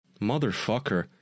Motherfucker